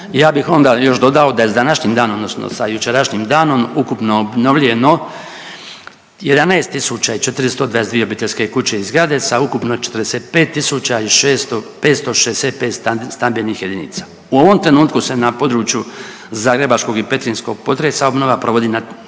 ja bih onda još dodao da je s današnjim danom odnosno sa jučerašnjim danom ukupno obnovljeno 11.422 obiteljske kuće i zgrade sa ukupno 45.565 stambenih jedinica. U ovom trenutku se na području zagrebačkog i petrinjskog potresa obnova provodi na